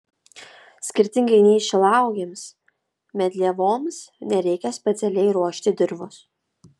skirtingai nei šilauogėms medlievoms nereikia specialiai ruošti dirvos